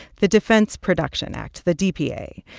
the defense production act the dpa.